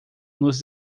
nos